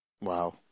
Wow